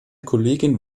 kollegin